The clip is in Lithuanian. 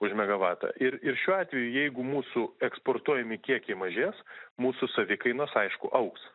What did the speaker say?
už megavatą ir ir šiuo atveju jeigu mūsų eksportuojami kiekiai mažės mūsų savikainos aišku augs